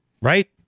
Right